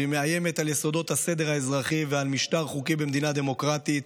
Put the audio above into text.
והיא מאיימת על יסודות הסדר האזרחי ועל המשטר החוקי במדינה דמוקרטית